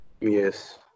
Yes